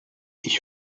ich